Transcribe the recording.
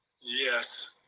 Yes